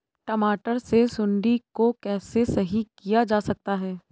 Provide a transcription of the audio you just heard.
टमाटर से सुंडी रोग को कैसे सही किया जा सकता है?